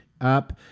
up